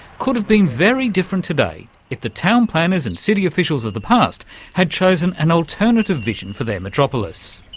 could have been very different today if the town-planners and city officials of the past had chosen an alternative vision for their metropolis.